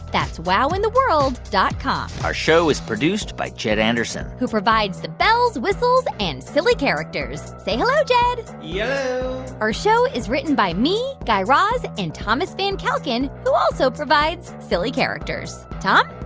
that's wowintheworld dot com our show is produced by jed anderson who provides the bells, whistles and silly characters. say hello, jed yello yeah our show is written by me, guy raz and thomas van kalken, who also provides silly characters. tom?